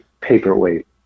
paperweight